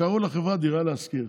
קראו לחברה "דירה להשכיר".